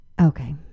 Okay